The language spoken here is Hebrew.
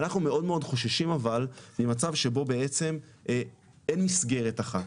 אנחנו מאוד חוששים אבל ממצב שבו בעצם אין מסגרת אחת,